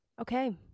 Okay